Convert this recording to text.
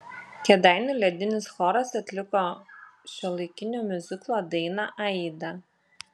kėdainių ledinis choras atliko šiuolaikinio miuziklo dainą aida